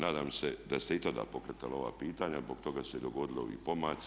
Nadam se da ste i tada pokretali ova pitanja, zbog toga se i dogodili ovi pomaci.